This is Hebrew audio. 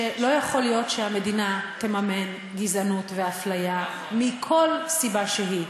שלא יכול להיות שהמדינה תממן גזענות ואפליה מכל סיבה שהיא.